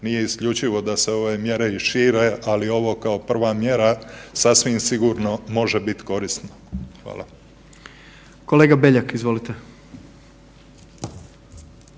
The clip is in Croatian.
nije isključivo da se ove mjere i šire, ali ovo kao prva mjera sasvim sigurno može biti korisno. Hvala. **Jandroković,